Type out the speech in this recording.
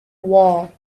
wall